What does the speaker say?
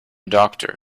doctor